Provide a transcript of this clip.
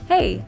Hey